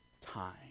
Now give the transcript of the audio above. time